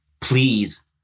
please